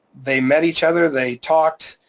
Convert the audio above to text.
they met each other, they talked.